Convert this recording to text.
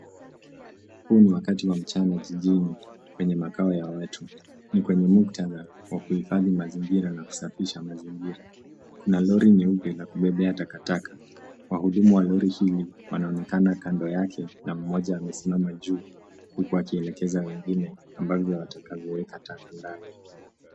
Huu ni wakati wa mchana jijini kwenye makao ya watu. Ni kwenye muktadha wa kuhifadhi mazingira na kusafisha mazingira. Kuna lori nyeupe la kubebea takataka. Wahudumu wa lori hili wanaonekana kando yake na mmoja amesimama juu huku akielekeza wengine ambavyo watavyoweka taka ndani.